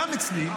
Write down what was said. גם אצלי,